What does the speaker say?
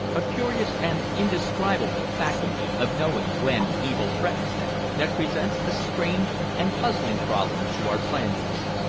a curious and indescribable faculty of knowing when evil threatens them, that presents a strange and puzzling problem to our scientists.